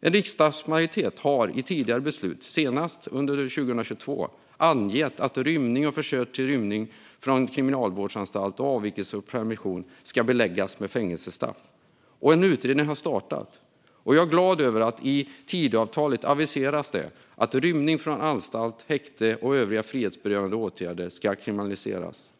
En riksdagsmajoritet har i tidigare beslut, senast under 2022, angett att rymning och försök till rymning från kriminalvårdsanstalt och avvikelse från permission ska beläggas med fängelsestraff. En utredning har startats. Jag är glad över att det i Tidöavtalet aviseras att rymning från anstalt, häkte och övriga frihetsberövande åtgärder ska kriminaliseras.